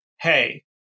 hey